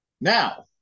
Now